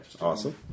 awesome